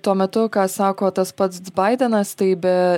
tuo metu ką sako tas pats baidenas tai be